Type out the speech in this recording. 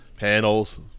Panels